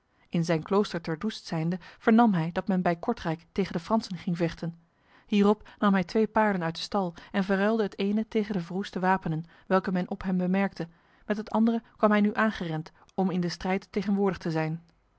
in zijn klooster ter doest zijnde vernam hij dat men bij kortrijk tegen de fransen ging vechten hierop nam hij twee paarden uit de stal en verruilde het ene tegen de verroeste wapenen welke men op hem bemerkte met het andere kwam hij nu aangerend om m de stijd tegenwoordig te zijn